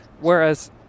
Whereas